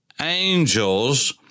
angels